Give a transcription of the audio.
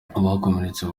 abakomeretse